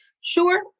Sure